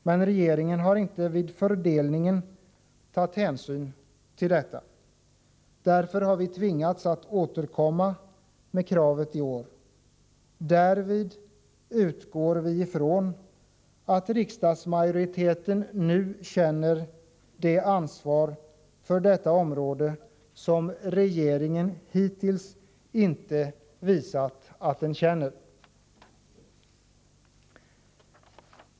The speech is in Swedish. Men regeringen har inte vid fördelningen tagit hänsyn till detta. Därför har vi tvingats att återkomma med kravet i år. Därvid utgår vi från att riksdagsmajoriteten nu känner det ansvar för detta område som regeringen hittills inte visat att den känner.